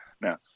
now